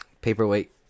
Paperweight